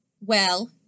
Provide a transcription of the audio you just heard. Well